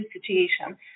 situation